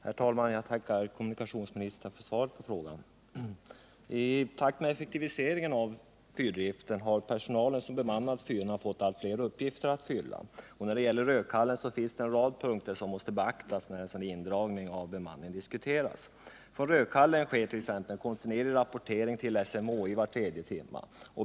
Herr talman! Jag tackar kommunikationsministern för svaret på frågan. I takt med effektiviseringen av fyrdriften har den personal som bemannar fyrarna fått allt fler uppgifter att fylla, och beträffande Rödkallen finns det en rad punkter som måste beaktas när en indragning av bemanningen diskuteras. Från Rödkallen sker t.ex. kontinuerlig rapportering till SMHI var tredje timme.